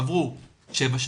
עברו שבע שנים,